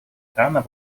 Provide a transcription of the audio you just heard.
ирана